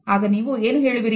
ಆಗ ನೀವು ಏನು ಹೇಳುವಿರಿ